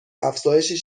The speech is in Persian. افزایشی